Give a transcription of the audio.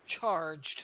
charged